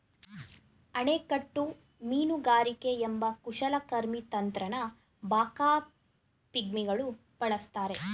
ಅಣೆಕಟ್ಟು ಮೀನುಗಾರಿಕೆ ಎಂಬ ಕುಶಲಕರ್ಮಿ ತಂತ್ರನ ಬಾಕಾ ಪಿಗ್ಮಿಗಳು ಬಳಸ್ತಾರೆ